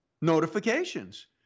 notifications